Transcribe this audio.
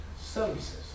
services